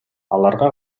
аларга